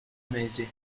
mesi